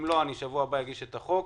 אם לא, שבוע הבא אני אגיש את החוק.